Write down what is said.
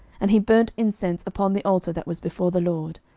and he burnt incense upon the altar that was before the lord.